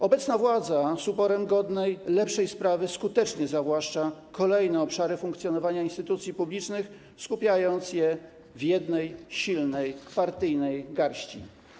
Obecna władza z uporem godnym lepszej sprawy skutecznie zawłaszcza kolejne obszary funkcjonowania instytucji publicznych, skupiając je w jednej, silnej partyjnej garści.